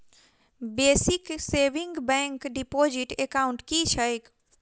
Basic savings bank deposit account की छैक?